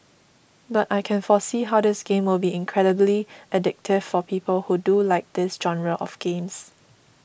but I can foresee how this game will be incredibly addictive for people who do like this genre of games